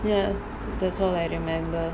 ya that's all I remember